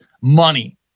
money